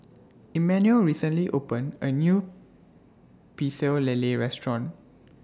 Immanuel recently opened A New Pecel Lele Restaurant